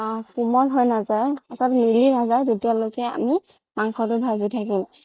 কোমল হৈ নাযায় অৰ্থাৎ মিলি নাযায় যেতিয়ালৈকে আমি মাংসটো ভাজি থাকিম